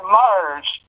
merge